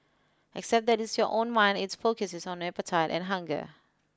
except that it's your own mind it's focuses on appetite and hunger